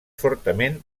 fortament